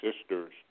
sisters